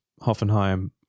Hoffenheim